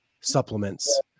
supplements